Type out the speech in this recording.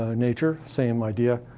ah nature same idea.